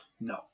No